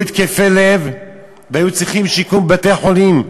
התקפי לב והיו צריכים שיקום בבתי-חולים,